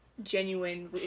Genuine